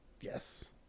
Yes